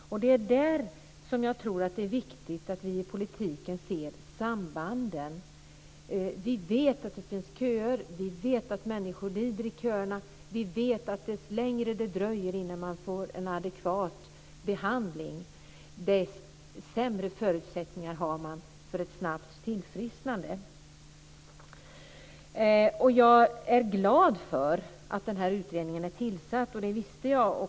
Det är där jag tror att det är viktigt att vi i politiken ser sambanden. Vi vet att det finns köer. Vi vet att människor lider i köerna. Vi vet att ju längre det dröjer innan man får en adekvat behandling, desto sämre förutsättningar har man för ett snabbt tillfrisknande. Jag är glad för att utredningen är tillsatt. Det visste jag.